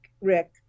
Rick